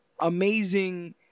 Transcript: Amazing